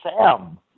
Sam